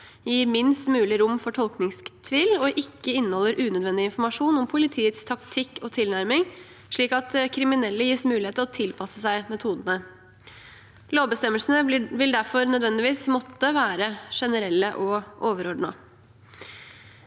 gir minst mulig rom for tolkningstvil og ikke inneholder unødvendig informasjon om politiets taktikk og tilnærming slik at kriminelle gis mulighet for å tilpasse seg metodene. Lovbestemmelsene vil derfor nødvendigvis måtte være generelle og overordnede.